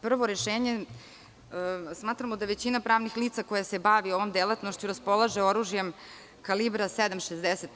Prvo rešenje, smatramo da većina pravnih lica koja se bave ovom delatnošću raspolaže oružjem kalibra 7.65.